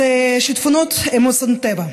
אז שיטפונות הם אסון טבע.